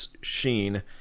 Sheen